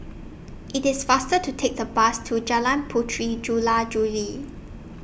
IT IS faster to Take The Bus to Jalan Puteri Jula Juli